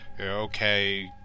Okay